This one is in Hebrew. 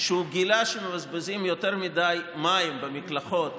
שהוא גילה שהאסירים הביטחוניים מבזבזים יותר מדי מים במקלחות